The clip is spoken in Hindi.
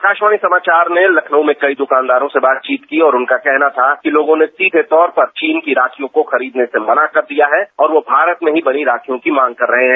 आकाशवाणी समाचार ने लखनऊ में कई द्रकानदारों से बातचीत की और उनका कहना था कि लोगों ने सीधे तौर पर चीन की राखियों को खरीदने से मना कर दिया है और वो भारत में ही बनी राखियों की मांग कर रहे हैं